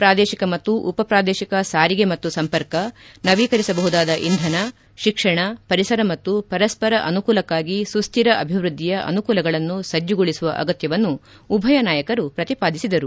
ಪ್ರಾದೇಶಿಕ ಮತ್ತು ಉಪ ಪ್ರಾದೇಶಿಕ ಸಾರಿಗೆ ಮತ್ತು ಸಂಪರ್ಕ ನವೀಕರಿಸಬಹುದಾದ ಇಂಧನ ಶಿಕ್ಷಣ ಪರಿಸರ ಮತ್ತು ಪರಸ್ವರ ಅನುಕೂಲಕ್ಷಾಗಿ ಸುಸ್ತಿರ ಅಭಿವ್ಯದ್ದಿಯ ಅನುಕೂಲಗಳನ್ನು ಸಜ್ಜುಗೊಳಿಸುವ ಅಗತ್ತವನ್ನು ಉಭಯ ನಾಯಕರು ಪ್ರತಿಪಾದಿಸಿದರು